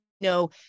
no